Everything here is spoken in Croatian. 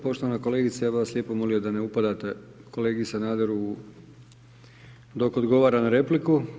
Poštovana kolegice, ja bih vas lijepo molio da ne upadate kolegi Sanaderu dok odgovara na repliku.